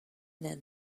then